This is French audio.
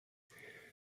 hey